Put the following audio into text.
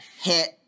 hit